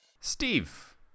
Steve